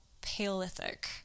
Paleolithic